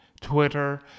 twitter